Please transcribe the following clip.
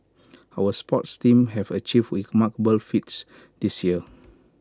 our sports teams have achieved remarkable feats this year